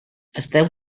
esteu